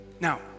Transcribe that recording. Now